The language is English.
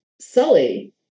Sully